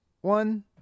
one